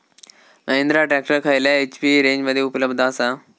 Mahindra tractor खयल्या HP रेंजमध्ये उपलब्ध आसा?